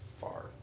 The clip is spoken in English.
far